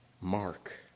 Mark